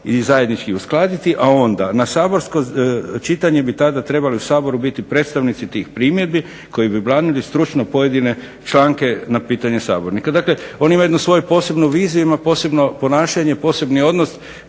i zajednički uskladiti, a onda na saborsko čitanje bi tada trebali u Saboru biti predstavnici tih primjedbi koji bi …/Ne razumije se./… stručno pojedine članke na pitanja sabornika. Dakle on ima jednu svoju posebnu viziju, ima posebno ponašanje, posebni odnos